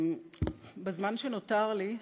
בזמן שנותר לי,